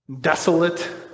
desolate